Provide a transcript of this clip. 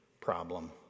problem